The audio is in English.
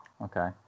Okay